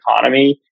economy